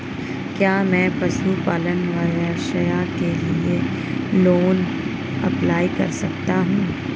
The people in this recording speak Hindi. क्या मैं पशुपालन व्यवसाय के लिए लोंन अप्लाई कर सकता हूं?